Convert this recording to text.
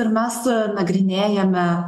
ir mes nagrinėjame